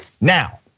Now